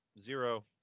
Zero